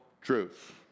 truth